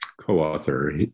co-author